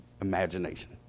imagination